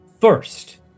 First